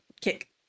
kick